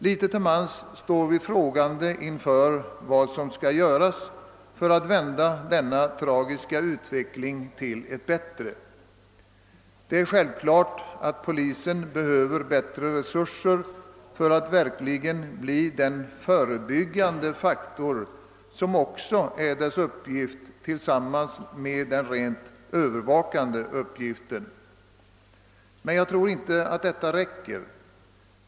Vi står frågande inför vad som skall göras för att vända denna tragiska utveckling och åstadkomma en bättre tingens ordning. Polisen behöver självfallet större resurser för att verkligen kunna bli en förebyggande faktor vid sidan av uppgiften som övervakare av ordningen, men jag tror inte att detta räcker.